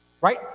right